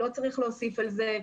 לא צריך להוסיף על זה.